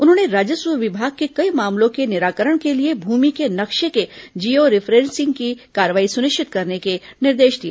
उन्होंने राजस्व विभाग के कई मामलों के निराकरण के लिए भूमि के नक्शे के जियो रिफरेसिंग की कार्रवाई सुनिश्चित करने के निर्देश दिए